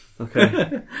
Okay